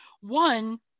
One